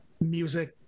music